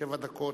שבע דקות.